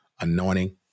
anointing